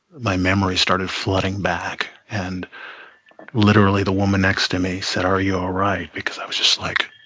my memory started flooding back. and literally the woman next to me said, are you all right? because i was just, like,